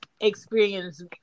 experience